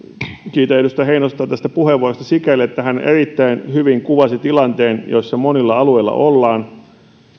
kiitän edustaja heinosta tästä puheenvuorosta sikäli että hän erittäin hyvin kuvasi tilanteen jossa monilla alueilla ollaan